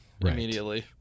immediately